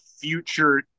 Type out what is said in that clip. future